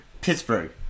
Pittsburgh